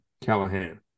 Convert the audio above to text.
Callahan